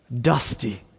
dusty